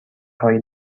هایی